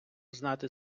знати